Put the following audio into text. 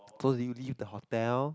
so did you leave the hotel